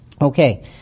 Okay